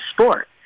sport